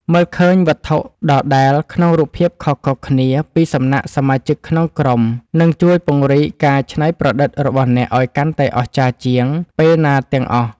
មើលឃើញវត្ថុដដែលក្នុងរូបភាពខុសៗគ្នាពីសំណាក់សមាជិកក្នុងក្រុមនឹងជួយពង្រីកការច្នៃប្រឌិតរបស់អ្នកឱ្យកាន់តែអស្ចារ្យជាងពេលណាទាំងអស់។